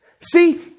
See